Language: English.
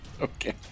Okay